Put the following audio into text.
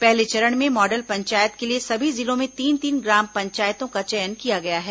पहले चरण में मॉडल पंचायत के लिए सभी जिलों में तीन तीन ग्राम पंचायतों का चयन किया गया है